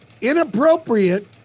inappropriate